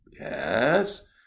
yes